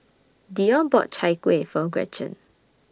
Dionne bought Chai Kueh For Gretchen